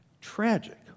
Tragic